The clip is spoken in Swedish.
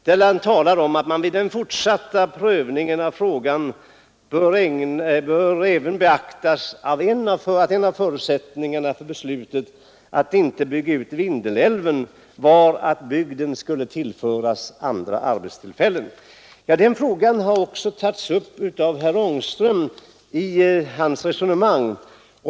Där talar man om att vid den fortsatta prövningen av frågan även bör beaktas att en av förutsättningarna för beslutet att inte bygga ut Vindelälven var att bygden skulle tillföras andra arbetstillfällen. Denna fråga har också herr Ångström tagit upp i sitt resonemang.